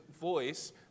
voice